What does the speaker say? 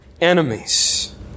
enemies